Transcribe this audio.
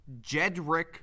Jedrick